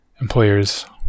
employers